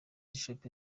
bishop